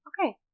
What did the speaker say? Okay